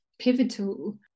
pivotal